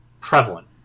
prevalent